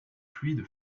fluides